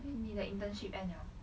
then 你的 internship end liao